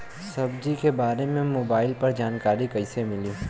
सब्जी के बारे मे मोबाइल पर जानकारी कईसे मिली?